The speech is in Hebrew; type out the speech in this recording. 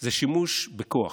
זה שימוש בכוח,